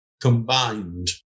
combined